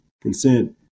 Consent